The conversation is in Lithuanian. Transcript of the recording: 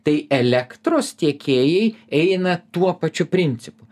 tai elektros tiekėjai eina tuo pačiu principu